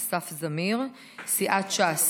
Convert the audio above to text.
אסף זמיר, סיעת ש"ס,